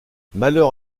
malheur